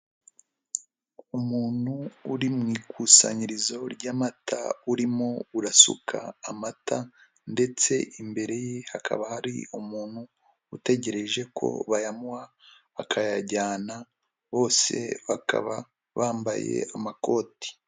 Umuntu uri mu ikusanyirizo ry'amata urimo urasuka amata ndetse imbere ye hakaba hari umuntu utegereje ko bayamuha, akayajyana bose bakaba bambaye amakoti.